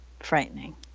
frightening